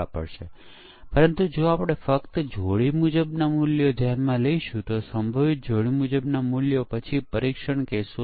પરીક્ષણના અમલ માટે ખરેખર પરીક્ષણના કેસો લઈ અને જાતે પહેલી વાર ચલાવવા પડશે બીજા સમય માટે આપણે રેકોર્ડ કરી શકીએ છીએ અને તેને ફરીથી ચલાવી શકીએ છીએ